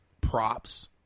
props